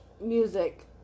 music